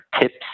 tips